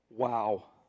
Wow